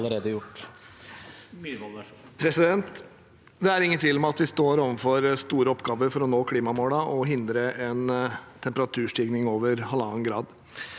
Det er ingen tvil om at vi står overfor store oppgaver for å nå klimamålene og hindre en temperaturstigning over 1,5 grader.